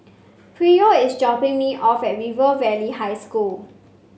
Pryor is dropping me off at River Valley High School